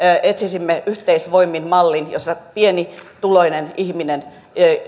etsisimme yhteisvoimin mallin jossa pienituloinen ihminen